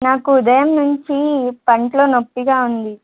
నాకు ఉదయం నుంచి పంటిలో నొప్పిగా ఉంది